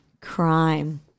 Crime